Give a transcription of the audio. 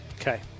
Okay